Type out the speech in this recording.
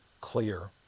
clear